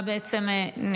אנחנו